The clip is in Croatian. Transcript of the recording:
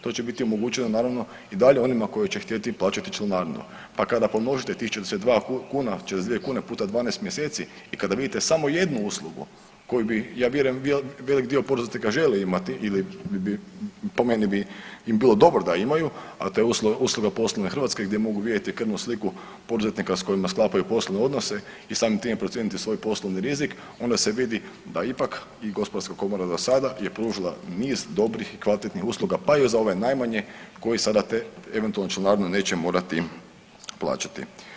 To će biti omogućeno naravno i dalje onima koji će htjeti plaćati članarinu pa kada pomnožite tih 42,00 kune puta 12 mjeseci i kada vidite samo jednu uslugu koju bi ja vjerujem veliki dio poduzetnika želio imat ili bi im po meni bilo dobro da imaju, a to je usluga poslovne Hrvatske gdje mogu vidjeti krvnu sliku poduzetnika s kojima sklapaju poslovne odnose i samim tim procijeniti svoj poslovni rizik onda se vidi da ipak i gospodarska komora do sada je pružila niz dobrih i kvalitetnih usluga pa i za ove najmanje koji sada eventualno članarinu neće morati plaćati.